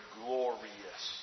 glorious